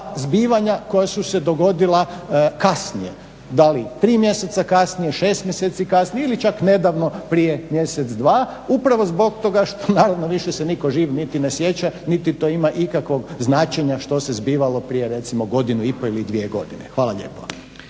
zbivanja koja su se dogodila kasnije. Da li tri mjeseca kasnije, šest mjeseci kasnije ili čak nedavno prije mjesec, dva upravo zbog toga što nitko se živ niti ne sjeća niti to ima ikakvog značenja što se zbivalo prije recimo godinu i pol ili dvije godine. Hvala lijepo.